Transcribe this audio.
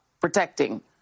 protecting